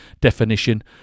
definition